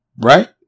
right